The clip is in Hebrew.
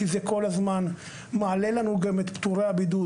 כי זה כל הזמן מעלה לנו גם את פטורי הבידוד.